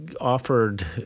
offered